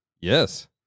yes